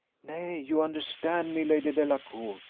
nay, you understand me, lady delacour!